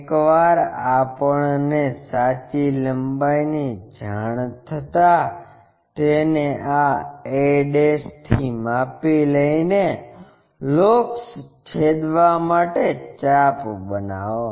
એકવાર આપણને સાચી લંબાઇ ની જાણ થતા તેને આ a થી માપી લઈને લોકસ છેદવા માટે ચાપ બનાવો